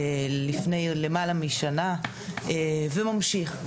לפני למעלה משנה וממשיך.